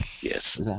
Yes